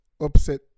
upset